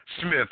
Smith